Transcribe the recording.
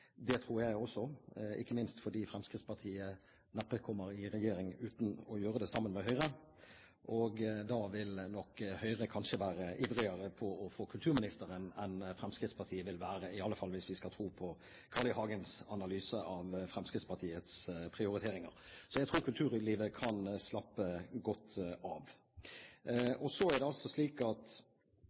Det tror jeg også, ikke minst fordi Fremskrittspartiet neppe kommer i regjering uten å gjøre det sammen med Høyre. Da vil nok Høyre kanskje være ivrigere etter å få kulturministeren enn Fremskrittspartiet vil være – i alle fall hvis vi skal tro på Carl I. Hagens analyser av Fremskrittspartiets prioriteringer. Så jeg tror kulturlivet kan slappe godt av. Så er det slik at